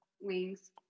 wings